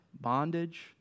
bondage